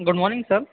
good morning sir